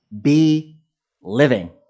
be-living